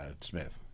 Smith